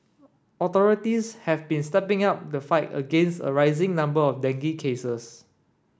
authorities have been stepping up the fight against a rising number of dengue cases